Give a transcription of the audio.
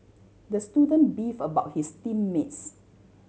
the student beef about his team mates